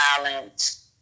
violence